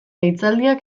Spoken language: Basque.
hitzaldiak